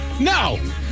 no